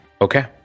Okay